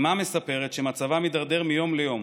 אימה מספרת שמצבה מידרדר מיום ליום